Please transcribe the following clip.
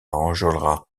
enjolras